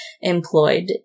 employed